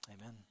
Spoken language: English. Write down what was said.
Amen